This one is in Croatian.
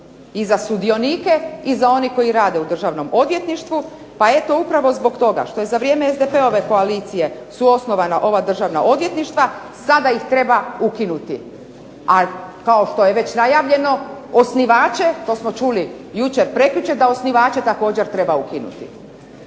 i za sudionike, i za one koji rade u Državnom odvjetništvu pa eto upravo zbog toga što je za vrijeme SDP-ove koalicije su osnovana ova državna odvjetništva sada ih treba ukinuti. A kao što je već najavljeno osnivače, to smo čuli jučer, prekjučer, da osnivače također treba ukinuti.